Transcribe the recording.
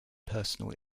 personal